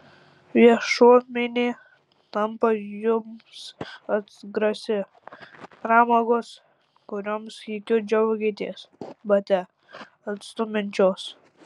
viešuomenė tampa jums atgrasi pramogos kuriomis sykiu džiaugėtės bate atstumiančios